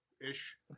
ish